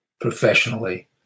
professionally